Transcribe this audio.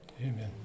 Amen